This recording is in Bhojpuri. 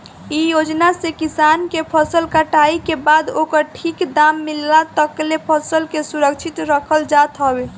इ योजना से किसान के फसल कटाई के बाद ओकर ठीक दाम मिलला तकले फसल के सुरक्षित रखल जात हवे